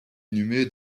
inhumé